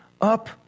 up